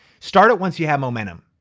start at once you have momentum.